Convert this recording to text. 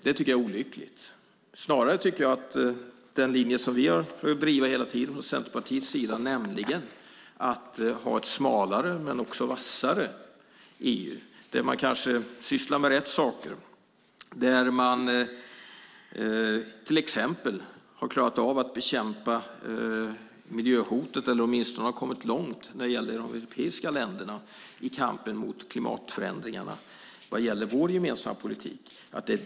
Jag stöder i stället den linje som vi från Centerpartiets sida har försökt driva hela tiden, nämligen att ha ett smalare men också vassare EU, där man kanske sysslar med rätt saker och till exempel har klarat av att bekämpa miljöhotet eller åtminstone har kommit långt i de europeiska länderna i kampen mot klimatförändringarna. Det är där som EU gör de stora insatserna.